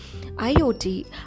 IoT